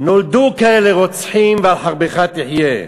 נולדו כאלה רוצחים, "ועל חרבך תחיה".